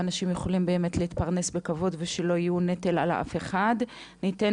ואנשים יכולים באמת להתפרנס בכבוד ושלא יהיו נטל על אף אחד --- סליחה,